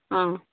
ആ